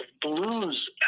blues